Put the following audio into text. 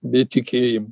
be tikėjimo